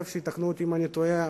תקנו אותי אם אני טועה,